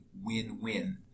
win-win